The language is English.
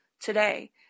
today